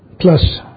plus